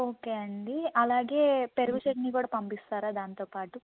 okay అండి అలాగే పెరుగు చట్నీ కూడా పంపిస్తారా దాంతోపాటు